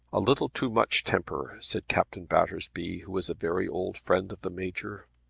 a little too much temper, said captain battersby, who was a very old friend of the major.